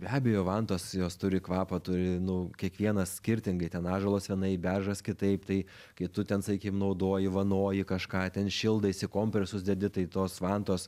be abejo vantos jos turi kvapą turi nu kiekvienas skirtingai ten ąžuolas vienai beržas kitaip tai kai tu ten sakykim naudoji vanoji kažką ten šildaisi kompresus dedi tai tos vantos